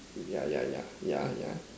yeah yeah yeah yeah yeah